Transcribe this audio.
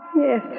Yes